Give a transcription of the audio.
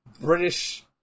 British